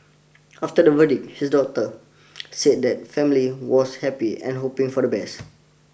after the verdict his daughter said the family was happy and hoping for the best